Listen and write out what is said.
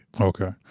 Okay